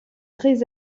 très